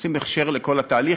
עושים הכשר לכל התהליך,